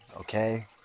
okay